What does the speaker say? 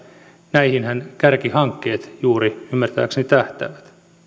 näihinhän kärkihankkeet ymmärtääkseni tähtäävät